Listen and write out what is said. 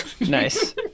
Nice